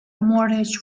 mortgage